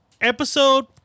Episode